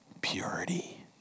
purity